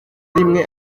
rimwe